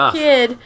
kid